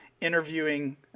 interviewing